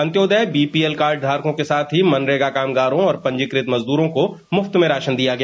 अन्त्योदय BPL card धारकों के साथ ही मनरेगा कामगारों और पंजीकृत मजदूरों को मुफ्त में राशन दिया गया